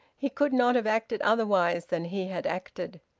he could not have acted otherwise than he had acted.